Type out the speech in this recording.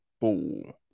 Ball